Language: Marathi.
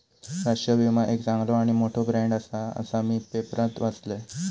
राष्ट्रीय विमा एक चांगलो आणि मोठो ब्रँड आसा, असा मी पेपरात वाचलंय